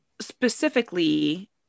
specifically